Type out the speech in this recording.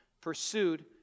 pursued